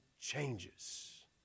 changes